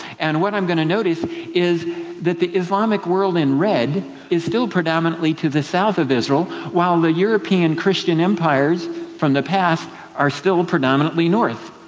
and what i'm going to notice is that the islamic world in red is still predominantly to the south of israel, while the european christian empires from the past are still predominantly north,